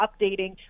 updating